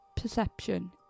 perception